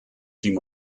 team